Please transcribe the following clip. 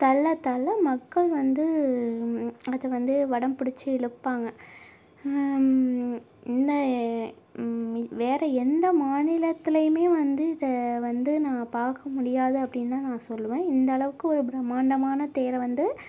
தள்ள தள்ள மக்கள் வந்து அதை வந்து வடம் பிடிச்சு இழுப்பாங்க இன்ன வேறு எந்த மாநிலத்துலையுமே வந்து இதை வந்து நம்ப பார்க்க முடியாது அப்படினா நான் சொல்லுவன் இந்த அளவுக்கு ஒரு பிரமாண்டமான தேரை வந்து